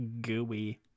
Gooey